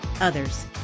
others